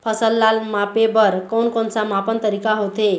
फसल ला मापे बार कोन कौन सा मापन तरीका होथे?